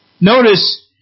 notice